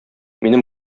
минем